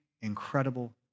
incredible